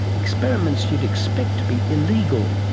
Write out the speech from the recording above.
experiments you'd expect to be illegal,